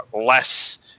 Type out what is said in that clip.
less